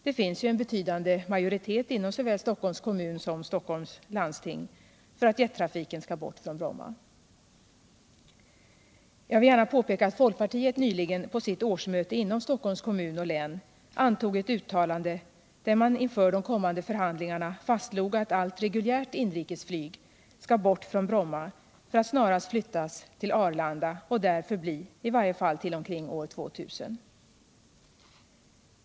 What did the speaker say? Det finns ju en betydande majoritet inom såväl Stockholms kommun som Stockholms läns landsting för att jettrafiken skall bort från Bromma. Jag vill gärna påpeka att folkpartiet nyligen på sitt årsmöte inom Stockholms kommun och län antog ett uttalande, där man inför de kommande förhandlingarna fastslog att allt reguljärt inrikesflyg skall bort från Bromma för att snarast flyttas till Arlanda och där förbli i varje fall till omkring år 2000.